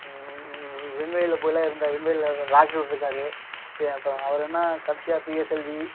விண்வெளியில் போயிலாம் இருந்தார் விண்வெளியில் ராக்கெட் விட்ருக்காரு இப்போ இப்போ அவர் வந்து தான் கடைசியாக பிஎஸ்எல்வி